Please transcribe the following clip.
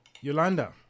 Yolanda